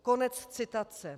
Konec citace.